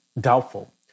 doubtful